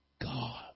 God